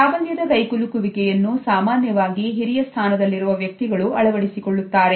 ಪ್ರಾಬಲ್ಯದ ಕೈಕುಲುಕುವಿಕೆಯನ್ನು ಸಾಮಾನ್ಯವಾಗಿ ಹಿರಿಯ ಸ್ಥಾನದಲ್ಲಿರುವ ವ್ಯಕ್ತಿಗಳು ಅಳವಡಿಸಿಕೊಳ್ಳುತ್ತಾರೆ